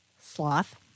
sloth